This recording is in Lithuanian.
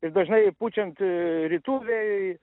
ir dažnai pučiant rytų vėjui